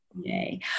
Yay